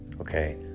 okay